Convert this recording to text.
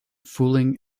fooling